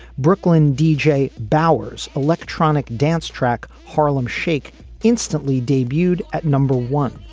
brooklyn deejay bower's electronic dance track harlem shake instantly debuted at number one,